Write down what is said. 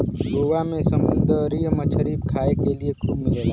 गोवा में समुंदरी मछरी खाए के लिए खूब मिलेला